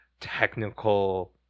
technical